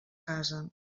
casen